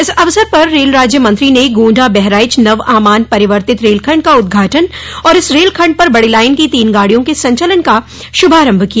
इस अवसर पर रेल राज्य मंत्री ने गोण्डा बहराइच नव आमान परिवर्तित रेलखंड का उद्घाटन और इस रेलखंड पर बड़ी लाइन की तीन गाड़ियों के संचलन का श्रभारम्भ किया